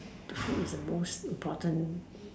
the food is the most important